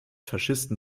faschisten